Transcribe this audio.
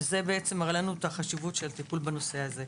וזה מראה לנו את החשיבות של הטיפול בנושא הזה.